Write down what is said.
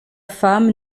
femme